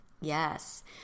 Yes